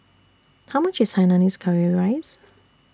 How much IS Hainanese Curry Rice